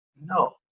No